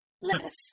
Lettuce